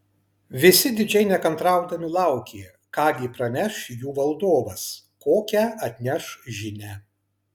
visi didžiai nekantraudami laukė ką gi praneš jų valdovas kokią atneš žinią